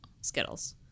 Skittles